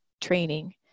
training